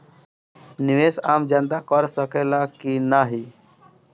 निवेस आम जनता कर सकेला की नाहीं?